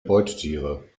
beutetiere